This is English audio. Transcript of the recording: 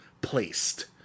placed